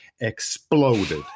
exploded